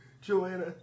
Joanna